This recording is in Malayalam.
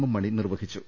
എം മണി നിർവഹിച്ചു